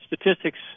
statistics